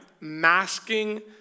masking